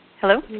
Hello